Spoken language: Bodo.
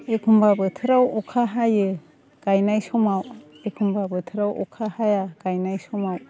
एखमब्ला बोथोराव अखा हायो गायनाय समाव एखमब्ला बोथोराव अखा हाया गायनाय समाव